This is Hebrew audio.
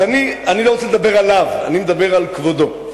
אני לא רוצה לדבר עליו, אני מדבר על כבודו.